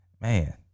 man